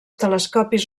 telescopis